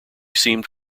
seemed